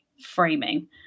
framing